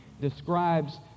describes